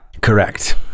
Correct